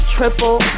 Triple